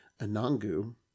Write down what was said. Anangu